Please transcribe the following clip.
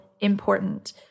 important